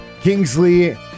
Kingsley